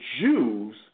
Jews